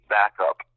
backup